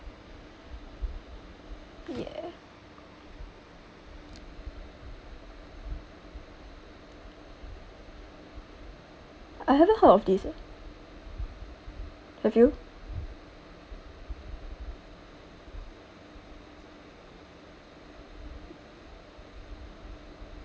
ya I haven't hear of this ah have you